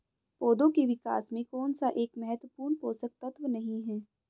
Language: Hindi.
पौधों के विकास में कौन सा एक महत्वपूर्ण पोषक तत्व नहीं है?